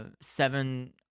seven